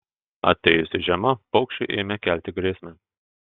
atėjusi žiema paukščiui ėmė kelti grėsmę